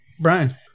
Brian